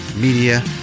media